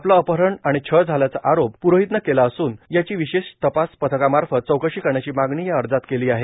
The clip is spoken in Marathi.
आपलं अपहरण आणि छळ झाल्याचा आरोप पुरोहितनं केला असून याची विशेष तपास पथकामार्फत चौकशी करण्याची मागणी या अर्जात केली आहे